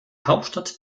hauptstadt